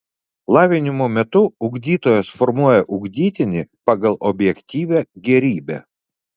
lavinimo metu ugdytojas formuoja ugdytinį pagal objektyvią gėrybę